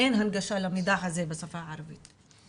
אין הנגשה למידע הזה בשפה הערבית.